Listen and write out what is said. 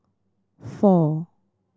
four